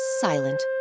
silent